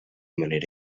manera